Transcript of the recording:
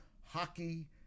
hockey